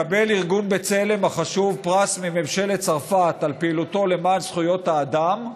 מקבל ארגון בצלם החשוב פרס מממשלת צרפת על פעילותו למען זכויות האדם.